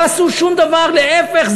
לא עשו שום דבר, להפך.